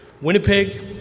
Winnipeg